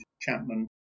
Chapman